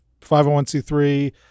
501c3